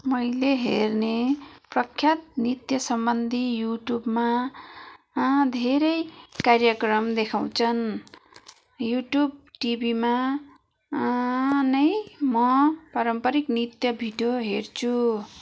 मैले हेर्ने प्रख्यात नृत्य सम्बन्धी युट्युबमा धेरै कार्यक्रम देखाउँछन् यु ट्युब टिभीमा नै म पारम्पारिक नृत्य भिडियो हेर्छु